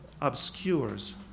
obscures